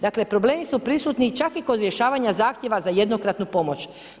Dakle problemi su prisutni čak i kod rješavanja zahtjeva za jednokratnu pomoć.